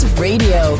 Radio